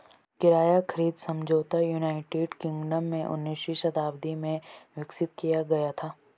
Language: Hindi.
किराया खरीद समझौता यूनाइटेड किंगडम में उन्नीसवीं शताब्दी में विकसित किया गया था